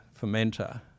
fermenter